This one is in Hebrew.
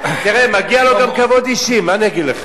תראה, מגיע לו גם כבוד אישי, מה אני אגיד לך.